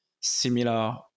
similar